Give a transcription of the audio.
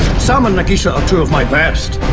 sam and nagisa are two of my best.